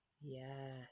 Yes